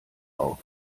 auf